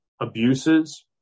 abuses